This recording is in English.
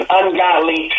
ungodly